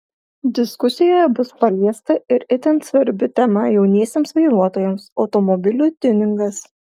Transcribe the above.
diskusijoje bus paliesta ir itin svarbi tema jauniesiems vairuotojams automobilių tiuningas